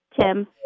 Tim